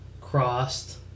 Crossed